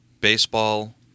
baseball